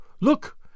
look